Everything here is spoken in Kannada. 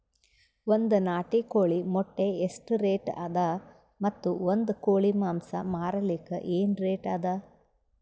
ಒಂದ್ ನಾಟಿ ಕೋಳಿ ಮೊಟ್ಟೆ ಎಷ್ಟ ರೇಟ್ ಅದ ಮತ್ತು ಒಂದ್ ಕೋಳಿ ಮಾಂಸ ಮಾರಲಿಕ ಏನ ರೇಟ್ ಅದ?